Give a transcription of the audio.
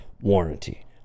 warranty